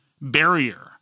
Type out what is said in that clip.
barrier